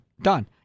Done